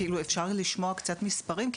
אפשר לשמוע קצת מספרים?